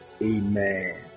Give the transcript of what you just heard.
Amen